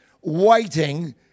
waiting